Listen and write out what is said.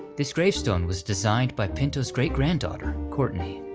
this gravestone was designed by pinto's great-granddaughter, cortney.